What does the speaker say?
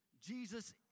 Jesus